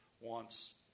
wants